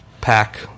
Pack